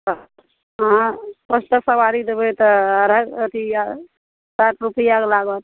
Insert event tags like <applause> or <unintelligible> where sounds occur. <unintelligible> अहाँ पाँच टा सवारी देबै तऽ अढ़ाइ अथी साठि रुपैआके लागत